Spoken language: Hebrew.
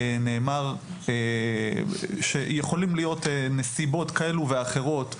נאמר שיכולים להיות נסיבות כאלו ואחרות,